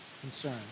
concern